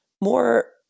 more